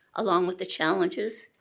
along with the challenges,